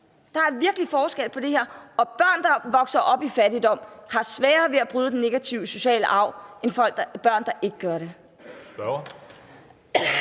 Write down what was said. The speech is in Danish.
Der er virkelig forskel på det her, og børn, der vokser op i fattigdom, har sværere ved at bryde den negative sociale arv, end børn, der ikke gør det.